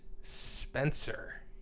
Spencer